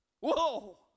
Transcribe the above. Whoa